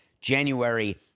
January